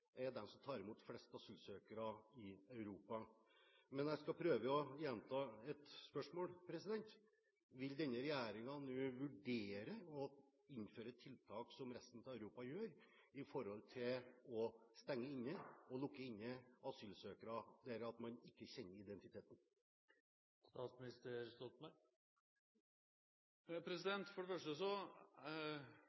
er det landet i Europa som tar imot flest asylsøkere. Jeg skal prøve å gjenta et spørsmål: Vil denne regjeringen vurdere å innføre tiltak – slik resten av Europa gjør – som går på å stenge inne, lukke inne, asylsøkere som man ikke kjenner identiteten